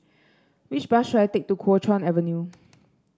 which bus should I take to Kuo Chuan Avenue